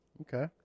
Okay